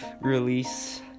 release